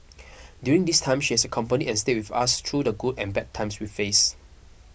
during this time she has accompanied and stayed with us through the good and bad times we faced